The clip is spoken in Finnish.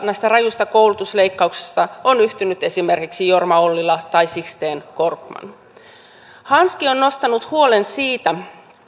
näistä rajuista koulutusleikkauksista ovat yhtyneet esimerkiksi jorma ollila ja sixten korkman hanski on nostanut huolen siitä